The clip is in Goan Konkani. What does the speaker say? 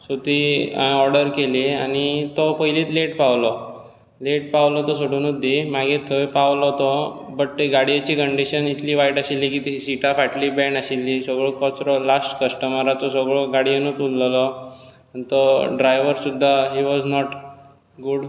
सो ती हांवेंन ऑर्डर केली आनी तो पयलींच लेट पावलो लेट पावलो तो सोडूनच दी मागीर थंय पावलो तो बट ते गाडयेची कंडीशन इतली वायट आशिल्ली की ताची सिटां फाटली बँड आशिल्लीं सगळो कचरो लास्ट कस्टमरांचो सगळो गाडयेंत उरिल्लो आनी तो ड्रायवर सुद्दां ही वॉज नाॅट गूड